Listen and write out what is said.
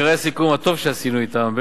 עיקרי הסיכום הטוב שעשינו אתם,